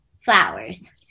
flowers